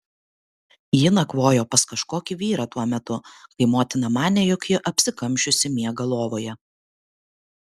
ji nakvojo pas kažkokį vyrą tuo metu kai motina manė jog ji apsikamšiusi miega lovoje